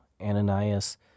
Ananias